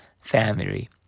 family